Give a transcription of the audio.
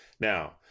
now